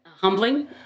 humbling